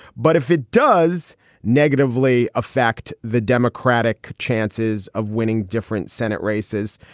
but if it does negatively affect the democratic chances of winning different senate races,